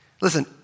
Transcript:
listen